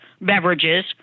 beverages